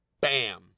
bam